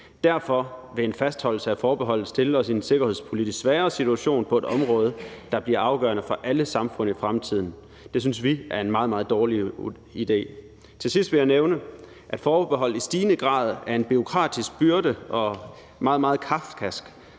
Derfor vil en fastholdelse af forbeholdet stille os i en sikkerhedspolitisk sværere situation på et område, der bliver afgørende for alle samfund i fremtiden. Det synes vi er en meget, meget dårlig idé. Til sidst vil jeg nævne, at forbehold i stigende grad er en bureaukratisk byrde og meget, meget kafkask,